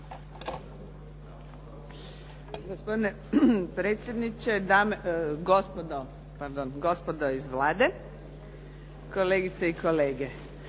Gospodine predsjedniče gospodo iz Vlade, kolegice i kolege.